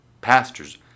pastors